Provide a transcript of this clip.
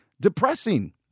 depressing